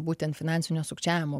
būtent finansinio sukčiavimo